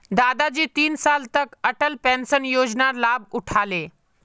दादाजी तीन साल तक अटल पेंशन योजनार लाभ उठा ले